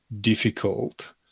difficult